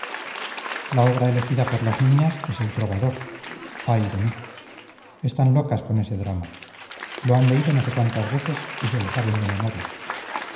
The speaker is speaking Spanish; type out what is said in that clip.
la obra elegida por las niñas es el trovador ay de mí están locas con ese drama lo han leído no sé cuántas veces y se lo saben de memoria